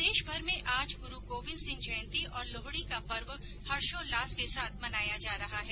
प्रदेशभर में आज गुरू गोबिंद सिंह जयंती और लोहड़ी का पर्व हर्षोल्लास के साथ मनाया जा रहा है